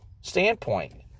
standpoint